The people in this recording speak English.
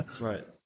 Right